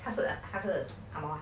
他的他的